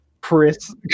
Chris